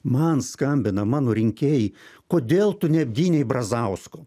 man skambina mano rinkėjai kodėl tu ne apgynei brazausko